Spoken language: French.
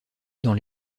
dans